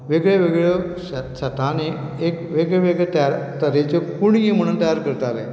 वेगळ्यो वेगळ्यो शेत शेतांनी एक वेगळे वेगळे तयार तरेच्यो कुणगे म्हुणून तयार करताले